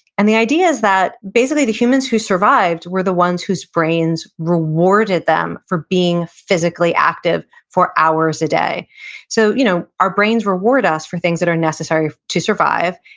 and the idea is that, basically, the humans who survived were the ones whose brains rewarded them for being physically active for hours a day so, you know our brains reward us for things that are necessary to survive,